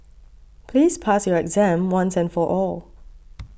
please pass your exam once and for all